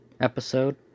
episode